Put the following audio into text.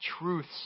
truths